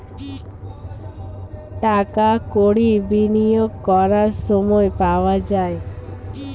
টাকা কড়ি বিনিয়োগ করার সময় পাওয়া যায়